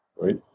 right